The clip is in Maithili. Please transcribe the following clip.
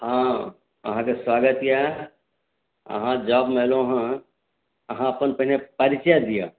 हँ अहाँके स्वागत यए अहाँ जॉबमे एलहुँए अहाँ अपन पहिने परिचय दिअ